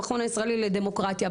המכון הישראלי לדמוקרטיה,